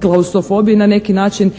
klaustrofobiju na neki način,